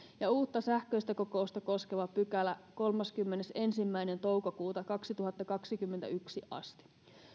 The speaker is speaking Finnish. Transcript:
ja uutta sähköistä kokousta koskeva pykälä kolmaskymmenesensimmäinen toukokuuta kaksituhattakaksikymmentäyksi asti